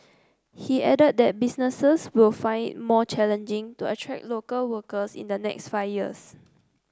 he added that businesses will find it more challenging to attract local workers in the next five years